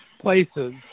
places